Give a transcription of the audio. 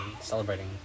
Celebrating